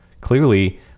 clearly